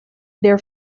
their